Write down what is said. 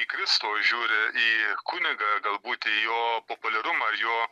į kristų o žiūri į kunigą galbūt į jo populiarumą ir jo